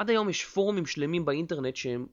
עד היום יש פורומים שלמים באינטרנט שהם